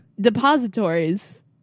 Depositories